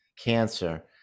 cancer